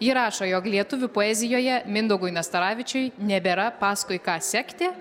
ji rašo jog lietuvių poezijoje mindaugui nastaravičiui nebėra paskui ką sekti